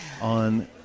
on